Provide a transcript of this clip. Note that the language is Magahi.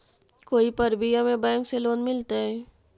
कोई परबिया में बैंक से लोन मिलतय?